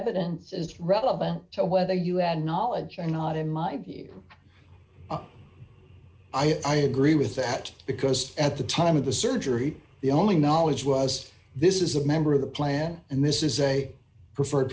evidence is relevant to whether un knowledge or not in my view i agree with that because at the time of the surgery the only knowledge was this is a member of the plan and this is a prefer